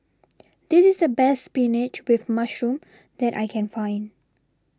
This IS The Best Spinach with Mushroom that I Can Find